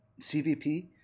CVP